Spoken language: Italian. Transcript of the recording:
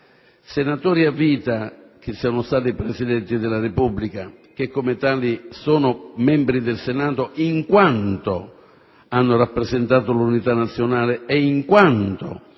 senatori a vita che siano stati Presidenti della Repubblica e che, come tali, sono membri del Senato in quanto hanno rappresentato l'unità nazionale e in quanto